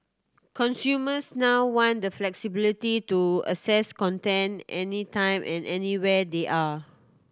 consumers now want the flexibility to access content any time and anywhere they are